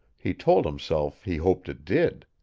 he told himself he hoped it did.